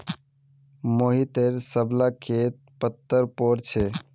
मोहिटर सब ला खेत पत्तर पोर छे